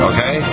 Okay